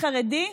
חרדי,